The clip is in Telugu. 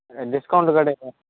డిస్కౌంట్ కూడా కావాలి